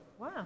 Wow